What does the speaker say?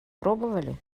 пробовали